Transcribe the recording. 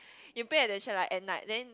you pay attention like at night then